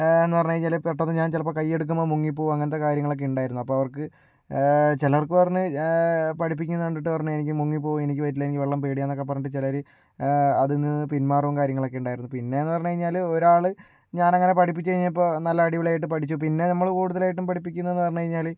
ന്നു പറഞ്ഞുകഴിഞ്ഞാല് പെട്ടെന്ന് ഞാൻ ചിലപ്പം കയ്യെടുക്കമ്പം മുങ്ങിപ്പോവും അങ്ങനത്തെ കാര്യങ്ങളൊക്കെ ഉണ്ടായിരുന്നു അപ്പോൾ അവർക്ക് ചിലർക്ക് പറഞ്ഞ് പഠിപ്പിക്കുന്ന കണ്ടിട്ട് പറഞ്ഞ് എനിക്കു മുങ്ങിപ്പോവും എനിക്ക് പറ്റില്ല എനിക്ക് വെള്ളം പേടിയാന്നൊക്കെ പറഞ്ഞിട്ട് ചിലര് അതിൽ നിന്ന് പിന്മാറുകയും കാര്യങ്ങളൊക്കെ ഉണ്ടായിരുന്നു പിന്നേന്ന് പറഞ്ഞുകഴിഞ്ഞാല് ഒരാള് ഞാനങ്ങനെ പഠിപ്പിച്ചുകഴിഞ്ഞപ്പോൾ നല്ല അടിപൊളിയായിട്ട് പഠിച്ചു പിന്നെ നമ്മള് കൂടുതലായിട്ടും പഠിപ്പിക്കുന്നതെന്ന് പറഞ്ഞ് കഴിഞ്ഞാല്